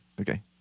Okay